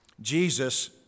Jesus